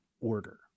order